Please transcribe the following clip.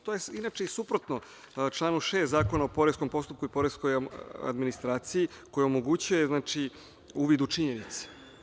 To je inače i suprotno članu 6. Zakona o poreskom postupku i poreskoj administraciji koja omogućuje uvid u činjenice.